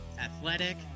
athletic